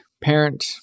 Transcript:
parent